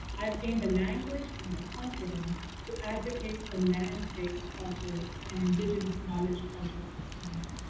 i've gained the language and the confidence to advocate for land based culture and indigenous knowledge cultural systems.